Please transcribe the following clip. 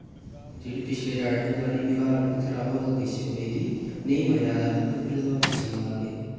जेह्ड़ी पिछली राइड ही साढ़ी बिहार आह्ली खराब ही किश होई दी नेईं मजा आया हा ते फिर ओह्दे बाद शिमला गे